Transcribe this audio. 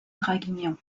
draguignan